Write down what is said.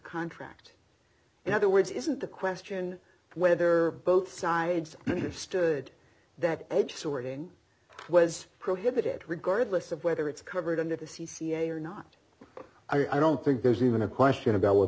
contract in other words isn't the question whether both sides have stood that edge sorting was prohibited regardless of whether it's covered under the c c a or not i don't think there's even a question about what